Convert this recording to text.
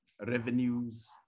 revenues